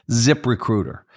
ZipRecruiter